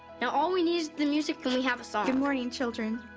now all we need is the music and we have a song. good morning children.